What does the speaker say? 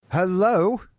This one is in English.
hello